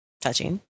touching